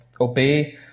obey